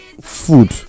food